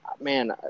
man